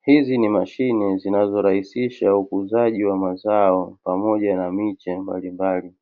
Hizi ni mashine zinazorahisisha ukuzaji wa mazao pamoja na miche mbalimbali.